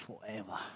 forever